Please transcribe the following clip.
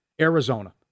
Arizona